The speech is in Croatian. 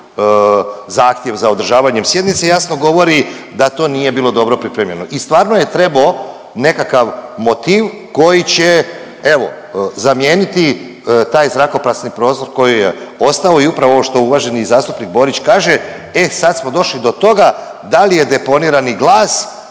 zahtjev za održavanjem sjednice, jasno govori da to nije bilo dobro pripremljeno i stvarno je trebao nekakav motiv koji će evo zamijeniti taj zrakoprazni prostor koji je ostao i upravo ovo što uvaženi zastupnik Borić kaže e sad smo došli do toga da li je deponirani glas